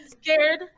scared